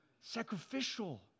Sacrificial